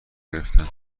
گرفتن